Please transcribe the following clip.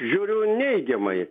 žiūriu neigiamai